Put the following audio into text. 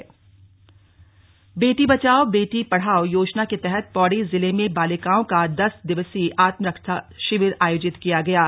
आत्मरक्षा शिविर बेटी बचाओ बेटी पढ़ाओ योजना के तहत पौड़ी जिले में बालिकाओं का दस दिवसीय आत्मरक्षा शिविर आयोजित किया गया है